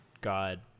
god